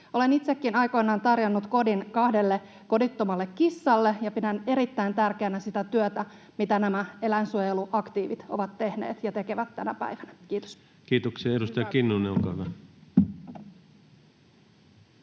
Olen itsekin aikoinaan tarjonnut kodin kahdelle kodittomalle kissalle, ja pidän erittäin tärkeänä sitä työtä, mitä nämä eläinsuojeluaktiivit ovat tehneet ja tekevät tänä päivänä. — Kiitos. [Speech 138] Speaker: